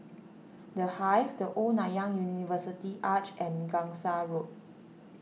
the Hive the Old Nanyang University Arch and Gangsa Road